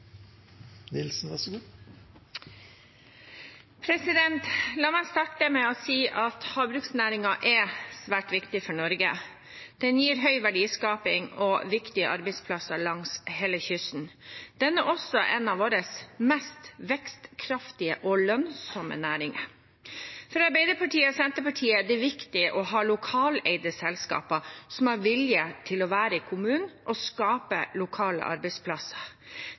svært viktig for Norge. Den gir høy verdiskaping og viktige arbeidsplasser langs hele kysten. Den er også en av våre mest vekstkraftige og lønnsomme næringer. For Arbeiderpartiet og Senterpartiet er det viktig å ha lokaleide selskaper som har vilje til å være i kommunen og skape lokale arbeidsplasser.